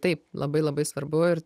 taip labai labai svarbu ir